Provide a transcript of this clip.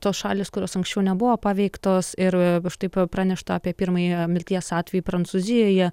tos šalys kurios anksčiau nebuvo paveiktos ir štai pranešta apie pirmąjį mirties atvejį prancūzijoje